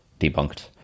debunked